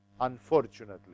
unfortunately